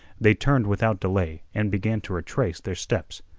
they turned without delay and began to retrace their steps.